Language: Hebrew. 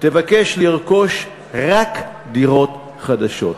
תבקש לרכוש רק דירות חדשות.